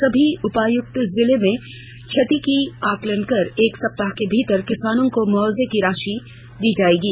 सभी उपायुक्त जिले में क्षति का आंकलन कर एक सप्ताह के भीतर किसानों को मुआवजे की राशि जारी करेंगे